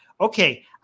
Okay